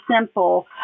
simple